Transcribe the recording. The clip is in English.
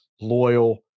loyal